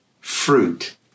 fruit